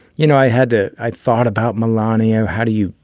you know, i had to i thought about melania. how do you,